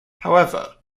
however